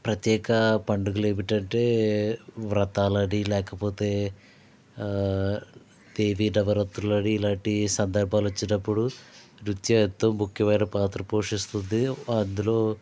ప్రత్యేక పండుగలు ఏమిటంటే వ్రతాలు అని లేకపోతే దేవీ నవరాత్రులు అని ఇలాంటి సందర్భాలు వచ్చినప్పుడు నృత్యం ఎంతో ముఖ్యమైన పాత్ర పోషిస్తుంది అందులో